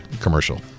commercial